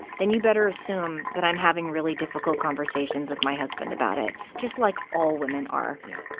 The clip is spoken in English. then you'd better assume that i'm having really difficult conversations with my husband about it just like all women are yeah.